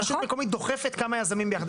רשות מקומית דוחפת כמה יזמים ביחד.